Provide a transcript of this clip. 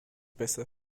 besser